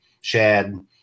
shad